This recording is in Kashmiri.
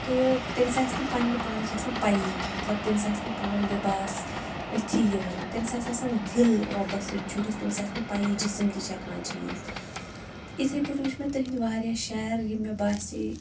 تہٕ تٔمِس آسہِ نہٕ پنٛنہِ پانٕچ آسان پَیی مطلب تٔمِس آسہِ نہٕ پَنُن لباس أتھی یِوان تٔمِس آسہِ آسان دِل رۄبَس سۭتۍ جُرِتھ تٔمِس آسہِ نہٕ پَیی جسم تہِ چھا کانٛہہ چیٖز اِتھَے پٲٹھۍ وٕچھ مےٚ تِہٕنٛد واریاہ شعر یِم مےٚ باسے